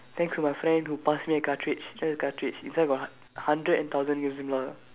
thanks to my friend who passed me a cartridge then the catridge inside got h~ hundred and thousand games and more